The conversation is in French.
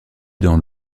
dans